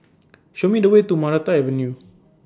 Show Me The Way to Maranta Avenue